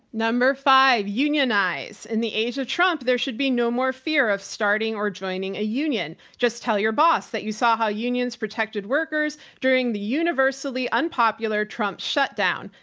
number five, unionize. in the age of trump, there should be no more fear of starting or joining a union. just tell your boss that you saw how unions protected workers during the universally unpopular trump shutdown.